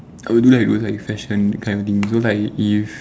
I will do like those like fashion those kind of thing so like if